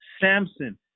Samson